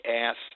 asked